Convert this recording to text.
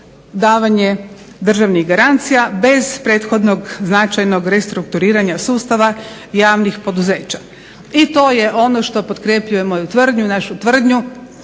davanje državnih garancija bez prethodnog značajnog restrukturiranja sustava javnih poduzeća. I to je ono što potkrepljuje moju tvrdnju, našu tvrdnju